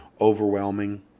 overwhelming